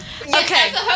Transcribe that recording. Okay